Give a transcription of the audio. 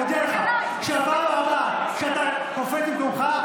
אני מודיע לך שבפעם הבאה שאתה קופץ ממקומך,